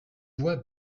voix